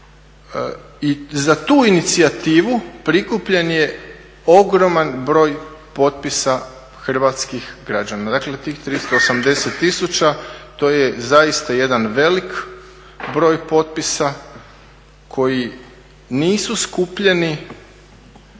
za tu inicijativu prikupljen je ogroman broj potpisa hrvatskih građana, dakle tih 380 tisuća, to je zaista jedan velik broj potpisa koji nisu skupljeni